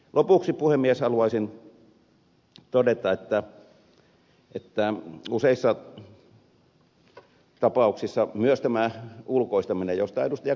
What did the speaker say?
lopuksi puhemies haluaisin todeta että useissa tapauksissa myös tämä ulkoistaminen josta ed